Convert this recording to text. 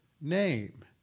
name